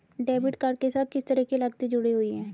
Debit card के साथ किस तरह की लागतें जुड़ी हुई हैं?